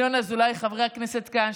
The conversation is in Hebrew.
חבר הכנסת ינון אזולאי,